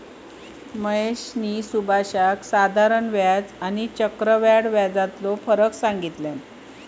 महेशने सुभाषका साधारण व्याज आणि आणि चक्रव्याढ व्याजातलो फरक सांगितल्यान